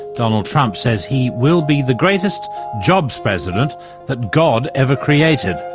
donald trump says he will be the greatest jobs president that god ever created.